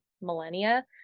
millennia